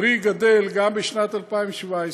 פרי גדל גם בשנת 2017,